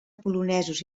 polonesos